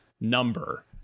number